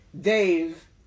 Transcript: Dave